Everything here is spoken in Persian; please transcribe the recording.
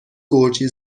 گرجی